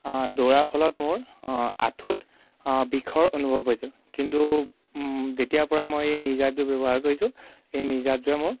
দৌৰাৰ ফলত মোৰ আঁঠুত বিষৰ অনুভৱ হৈছিল কিন্তু যেতিয়াৰ পৰা মই এই নি গাৰ্ডযোৰ ব্যৱহাৰ কৰিছোঁ এই নি গাৰ্ডযোৰে মোৰ